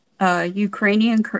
Ukrainian